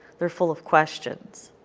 they are full of questions.